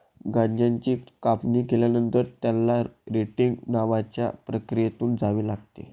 गांजाची कापणी केल्यानंतर, त्याला रेटिंग नावाच्या प्रक्रियेतून जावे लागते